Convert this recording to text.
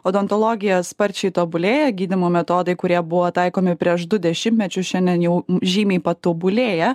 odontologija sparčiai tobulėja gydymo metodai kurie buvo taikomi prieš du dešimtmečius šiandien jau žymiai patobulėję